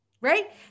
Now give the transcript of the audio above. Right